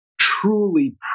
truly